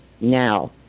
now